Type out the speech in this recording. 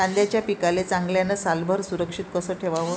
कांद्याच्या पिकाले चांगल्यानं सालभर सुरक्षित कस ठेवाचं?